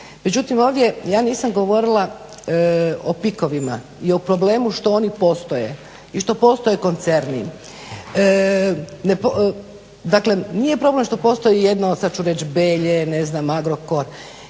Međutim, ovdje ja nisam govorila o PIK-ovima i o problemu što oni postoje i što postoje koncerni. Dakle, nije problem što postoji sad ću reći Belje, Agrokor